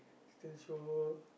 still so